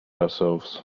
ourselves